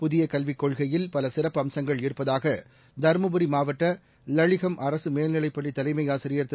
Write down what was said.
புதிய கல்விக் கொள்கையில் பல சிறப்பு அம்சங்கள் இருப்பதாக தருமபுரி மாவட்ட இலளிகம் அரசு மேல்நிலைப்பள்ளி தலைமையாசிரியர் திரு